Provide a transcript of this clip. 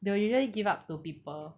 they will usually give up to people